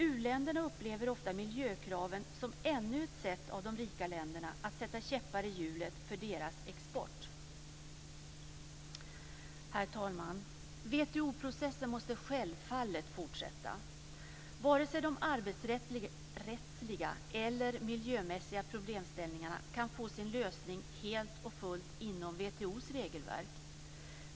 U-länderna upplever ofta miljökraven som ännu ett sätt för de rika länderna att sätta käppar i hjulet för deras export. Herr talman! WTO-processen måste självfallet fortsätta. Varken de arbetsrättsliga eller de miljömässiga problemställningarna kan få sin lösning helt och fullt inom WTO:s regelverk.